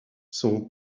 son